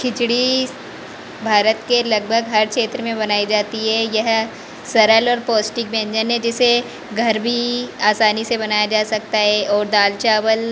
खिचड़ी भारत के लगभग हर क्षेत्र में बनाई जाती है यह सरल और पौष्टिक व्यंजन है जिसे घर भी आसानी से बनाया जा सकता है और दाल चावल